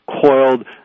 coiled